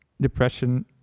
depression